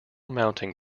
mounting